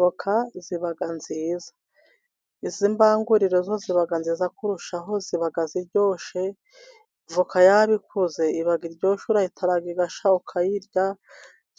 Voka ziba nziza, iz'imbangurire zo ziba nziza kurushaho ziba ziryoshe. Voka yaba ikuze iba iryoshye urayitara igashya ukayirya